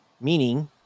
meaning